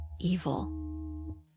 evil